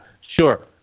sure